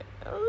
but